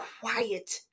quiet